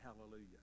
Hallelujah